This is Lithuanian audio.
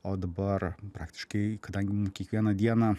o dabar praktiškai kadangi mum kiekvieną dieną